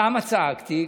למה צעקתי?